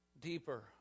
deeper